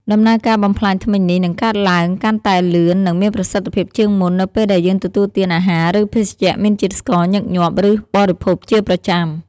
ដំណើរការបំផ្លាញធ្មេញនេះនឹងកើតឡើងកាន់តែលឿននិងមានប្រសិទ្ធភាពជាងមុន នៅពេលដែលយើងទទួលទានអាហារ ឬភេសជ្ជៈមានជាតិស្ករញឹកញាប់ ឬបរិភោគជាប្រចាំ។